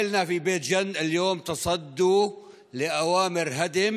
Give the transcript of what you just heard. אנשי בית ג'ן מנעו מהם להדביק את צווי ההריסה.